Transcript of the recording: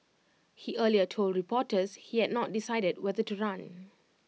he earlier told reporters he had not decided whether to run